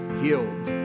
healed